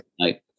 Right